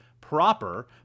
proper